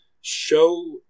show